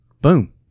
Boom